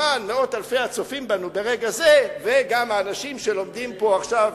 למען מאות אלפי הצופים בנו ברגע זה וגם האנשים שלומדים פה עכשיו.